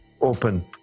open